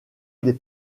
des